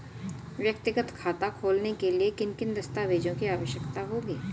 व्यक्तिगत खाता खोलने के लिए किन किन दस्तावेज़ों की आवश्यकता होगी?